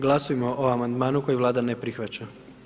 Glasujmo o amandmanu koji Vlada ne prihvaća.